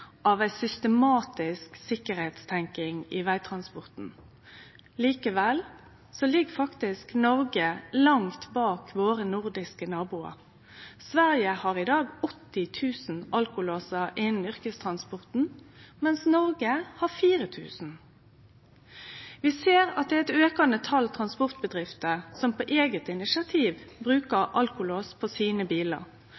av ei systematisk sikkerheitstenking i vegtransporten. Likevel ligg faktisk Noreg langt bak våre nordiske naboar. Sverige har i dag 80 000 alkolåsar innan yrkestransporten, medan Noreg har 4 000. Vi ser at det er eit aukande tal transportbedrifter som på eige initiativ